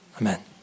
Amen